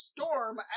Storm